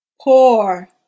poor